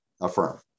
affirm